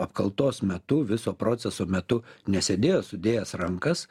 apkaltos metu viso proceso metu nesėdėjo sudėjęs rankas